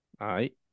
right